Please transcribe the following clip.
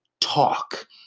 talk